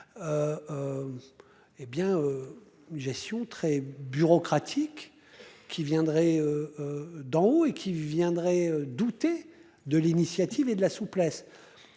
Une gestion très bureaucratique qui viendraient. D'en haut et qui viendrait douter de l'initiative et de la souplesse.